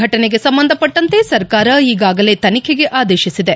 ಫಟನೆಗೆ ಸಂಬಂಧಪಟ್ಟಂತೆ ಸರ್ಕಾರ ಈಗಾಗಲೇ ತನಿಖೆಗೆ ಆದೇತಿಸಿದೆ